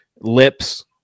Lips